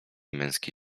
męski